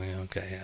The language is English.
okay